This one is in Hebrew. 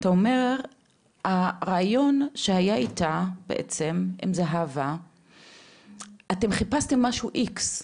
אתה אומר שבריאיון שהיה עם זהבה אתם חיפשתם משהו X,